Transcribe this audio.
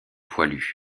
poilus